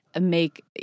make